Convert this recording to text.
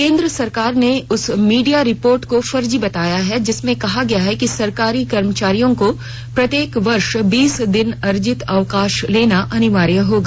केन्द्र सरकार ने उस मीडिया रिपोर्ट को फर्जी बताया है जिसमें कहा गया है कि सरकारी कर्मचारियों को प्रत्येक वर्ष बीस दिन अर्जित अवकाश लेना अनिवार्य होगा